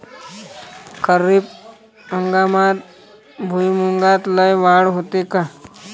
खरीप हंगामात भुईमूगात लई वाढ होते का?